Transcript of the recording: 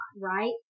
Right